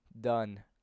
done